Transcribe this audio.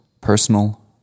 Personal